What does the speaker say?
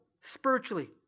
spiritually